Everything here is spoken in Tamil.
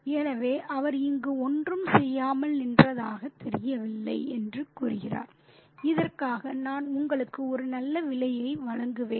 எனவே அவர் இங்கு ஒன்றும் செய்யாமல் நின்றதாகத் தெரியவில்லை என்று கூறுகிறார் இதற்காக நான் உங்களுக்கு ஒரு நல்ல விலையை வழங்குவேன்